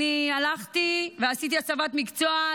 אני הלכתי ועשיתי הסבת מקצוע,